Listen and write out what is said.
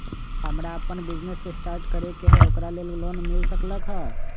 हमरा अपन business start करे के है ओकरा लेल लोन मिल सकलक ह?